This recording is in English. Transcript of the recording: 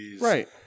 Right